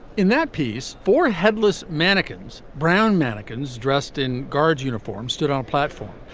in that piece for headless mannequins brown mannequins dressed in guards uniforms stood on a platform.